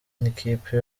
nikipe